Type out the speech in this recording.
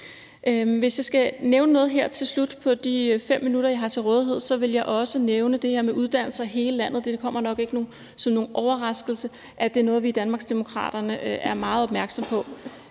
Hvis jeg skal nævne noget her til slut med de 5 minutter, jeg har til rådighed, så vil jeg nævne det her med uddannelser i hele landet. Det kommer nok ikke som nogen overraskelse, at det er noget, vi i Danmarksdemokraterne er meget opmærksomme på.